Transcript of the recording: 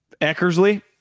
Eckersley